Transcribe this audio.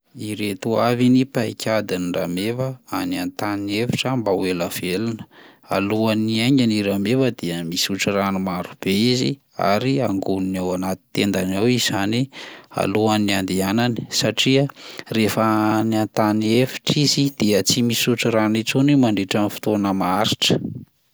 Ireto avy ny paikadin'ny rameva any an-tany efitra mba ho ela velona: alohan'ny hiainga ny rameva dia misotro rano marobe izy ary angoniny ao anaty tendany ao izany alohan'ny andehanany satria rehefa any an-tany efitra izy dia tsy misotro rano intsony mandritran'ny fotoana maharitra.